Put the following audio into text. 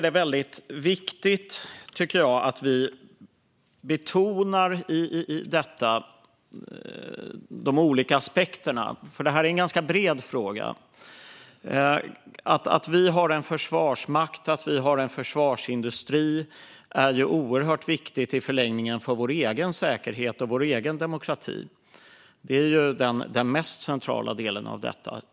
Det är viktigt att vi betonar de olika aspekterna, för det här är en ganska bred fråga. Att vi har en försvarsmakt och en försvarsindustri är i förlängningen viktigt för vår egen säkerhet och demokrati. Det är givetvis den mest centrala delen av detta.